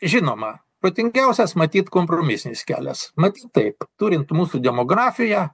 žinoma protingiausias matyt kompromisinis kelias mat taip turint mūsų demografiją